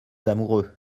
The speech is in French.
amoureux